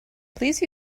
please